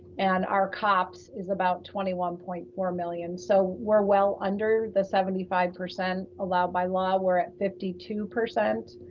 and our cops is about twenty one point four million. so we're well under the seventy five percent allowed by law, we're at fifty two.